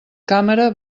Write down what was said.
càmera